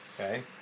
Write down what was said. Okay